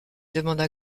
demanda